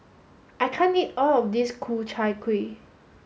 I can't eat all of this Ku Chai Kuih